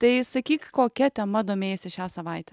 tai sakyk kokia tema domėjaisi šią savaitę